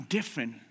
different